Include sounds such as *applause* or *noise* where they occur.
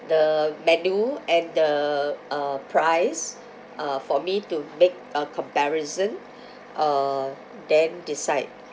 the menu and the uh price uh for me to make a comparison *breath* uh then decide